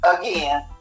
again